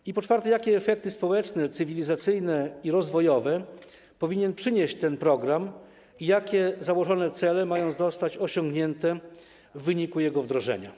I po czwarte, jakie efekty społeczne, cywilizacyjne i rozwojowe powinien przynieść ten program i jakie założone cele mają zostać osiągnięte w wyniku jego wdrożenia?